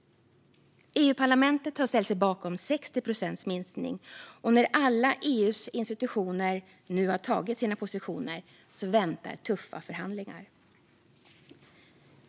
EU-parlamentet har ställt sig bakom 60 procents minskning. När alla EU:s institutioner nu har tagit sina positioner väntar tuffa förhandlingar.